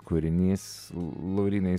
kūrinys laurynai